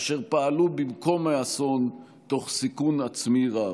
אשר פעלו במקום האסון תוך סיכון עצמי רב.